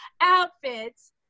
outfits